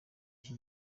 iki